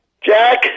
Jack